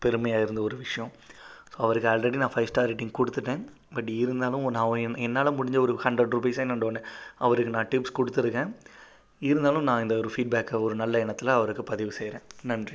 பெருமையாக இருந்த ஒரு விஷயம் அவருக்கு ஆல்ரெடி நான் ஃபைவ் ஸ்டார் ரேட்டிங் கொடுத்துட்டேன் பட் இருந்தாலும் உ நான் என் என்னால் முடிஞ்ச ஒரு ஹண்ட்ரட் ருபீஸை நான் உடனே அவருக்கு நான் டிப்ஸ் கொடுத்துருக்கேன் இருந்தாலும் நான் இந்த ஒரு ஃபீட்பேக்கை ஒரு நல்ல எண்ணத்தில் அவருக்கு பதிவு செய்கிறேன் நன்றி